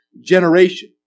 generation